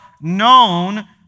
known